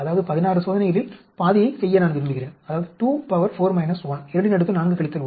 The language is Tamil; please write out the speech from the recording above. அதாவது 16 சோதனைகளில் ½ யை செய்ய நான் விரும்புகிறேன் அதாவது 24 1